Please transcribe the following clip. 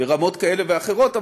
ברמות כאלה ואחרות,